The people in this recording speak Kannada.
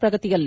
ಪ್ರಗತಿಯಲ್ಲಿ